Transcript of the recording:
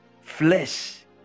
flesh